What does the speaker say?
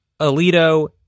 Alito